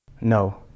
No